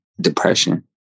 depression